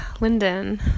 linden